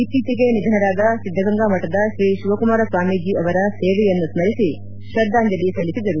ಇತ್ತೀಚೆಗೆ ನಿಧನರಾದ ಸಿದ್ದಗಂಗಾಮಠದ ಶ್ರೀ ಶಿವಕುಮಾರ ಸ್ವಾಮೀಜಿ ಅವರ ಸೇವೆಯನ್ನು ಸ್ಪರಿಸಿ ಶ್ರದ್ದಾಂಜಲಿ ಸಲ್ಲಿಸಿದರು